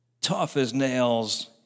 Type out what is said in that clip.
tough-as-nails